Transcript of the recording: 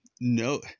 no